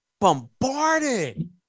bombarded